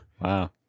Wow